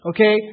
Okay